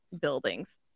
buildings